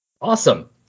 awesome